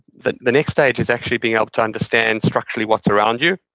the the next stage is actually being able to understand structurally what's around you.